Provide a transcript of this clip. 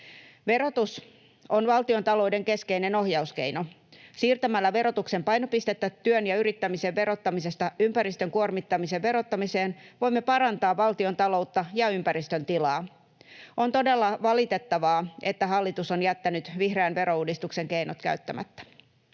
Verotus on valtiontalouden keskeinen ohjauskeino. Siirtämällä verotuksen painopistettä työn ja yrittämisen verottamisesta ympäristön kuormittamisen verottamiseen voimme parantaa valtiontaloutta ja ympäristön tilaa. On todella valitettavaa, että hallitus on jättänyt vihreän verouudistuksen keinot käyttämättä.